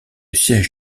siège